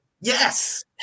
Yes